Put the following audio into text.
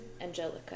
Angelica